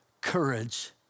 courage